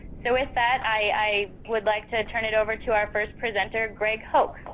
so with that, i would like to turn it over to our first presenter, greg hoch.